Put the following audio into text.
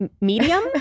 Medium